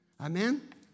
Amen